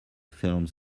films